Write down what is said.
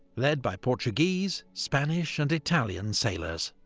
led by portuguese, spanish and italian sailors.